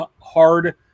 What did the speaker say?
hard